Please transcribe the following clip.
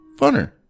funner